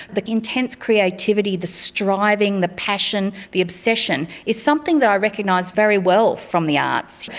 the intense creativity, the striving, the passion, the obsession is something that i recognise very well from the arts.